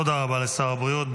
תודה רבה לשר הבריאות.